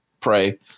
pray